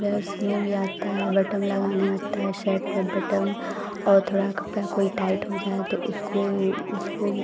blouse सिलना भी आता है बटन लगाना आता है शर्ट में बटन और थोड़ा कपड़ा कोई टाइट हो जाए तो उसको उसको